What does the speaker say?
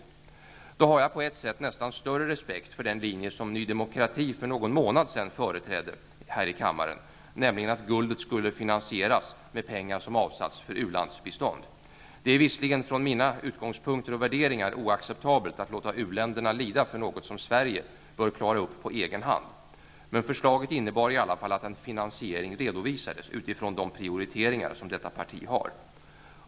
Jag har på ett sätt nästan större respekt för den linje som Ny demokrati för någon månad sedan företrädde här i kammaren, nämligen att guldet skulle finansieras från de pengar som avsatts för ulandsbistånd. Det är visserligen från mina utgångspunkter och värderingar oacceptabelt att låta u-länderna lida för något som Sverige bör klara upp på egen hand. Men förslaget innebar i varje fall att en finansiering redovisades utifrån de prioriteringar som detta parti har.